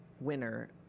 winner